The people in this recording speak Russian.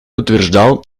утверждал